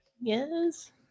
Yes